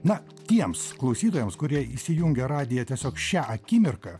na tiems klausytojams kurie įsijungę radiją tiesiog šią akimirką